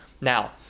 Now